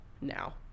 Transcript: now